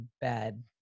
bad